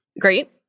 Great